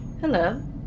Hello